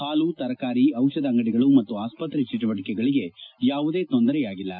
ಹಾಲು ತರಕಾರಿ ಔಷಧ ಅಂಗಡಿಗಳು ಮತ್ತು ಆಸ್ಪತ್ರೆ ಚಟುವಟಕೆಗಳಗೆ ಯಾವುದೇ ತೊಂದರೆ ಆಗಿಲ್ಲ